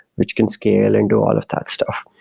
which can scale and do all of that stuff.